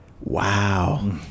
Wow